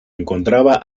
encontraba